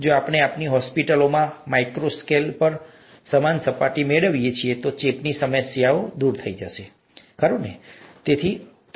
જો આપણે આપણી હોસ્પિટલોમાં માઇક્રો સ્કેલ પર સમાન સપાટી મેળવી શકીએ તો ચેપની સમસ્યા દૂર થઈ જશે ખરું ને